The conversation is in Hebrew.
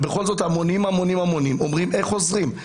בכל זאת המונים רוצים לעזור ושואלים למי פונים,